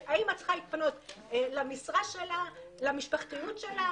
האימא צריכה להתפנות לעבודה שלה, למשפחתיות שלה,